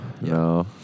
no